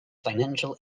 financial